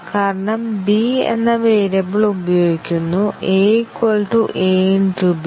കാരണം അത് b എന്ന വേരിയബിൾ ഉപയോഗിക്കുന്നു a a b